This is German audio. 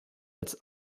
als